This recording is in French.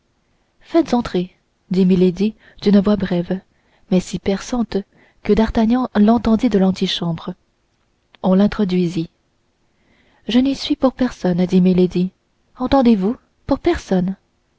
faites entrer dit milady d'une voix brève mais si perçante que d'artagnan l'entendit de l'antichambre on l'introduisit je n'y suis pour personne dit milady entendez-vous pour personne